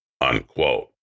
unquote